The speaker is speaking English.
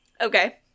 okay